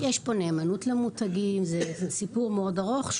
יש פה נאמנות למותגים, זה סיפור מאוד ארוך.